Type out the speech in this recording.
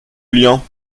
julien